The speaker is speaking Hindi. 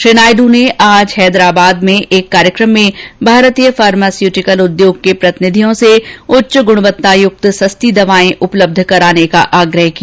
श्री नायडू ने आज हैदराबाद में एक कार्यक्रम में भारतीय फार्मास्यूटिकल उद्योग के प्रतिनिधियों से उच्च गुणवत्तायक्त सस्ती दवाए उपलब्ध कराने को आग्रह किया